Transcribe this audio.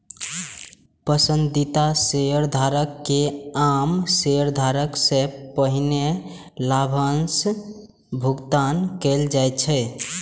पसंदीदा शेयरधारक कें आम शेयरधारक सं पहिने लाभांशक भुगतान कैल जाइ छै